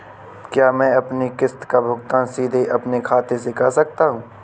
क्या मैं अपनी किश्त का भुगतान सीधे अपने खाते से कर सकता हूँ?